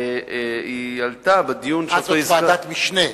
והיא עלתה בדיון, זאת ועדת משנה,